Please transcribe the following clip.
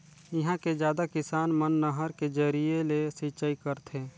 इहां के जादा किसान मन नहर के जरिए ले सिंचई करथे